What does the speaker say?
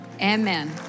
Amen